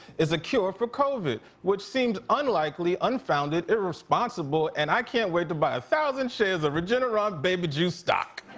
is the cure for covid, which seemed unlikely, unfounded, irresponsible, and i can't wait to buy thousand shares of regeneron baby juice stock.